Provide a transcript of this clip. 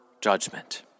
judgment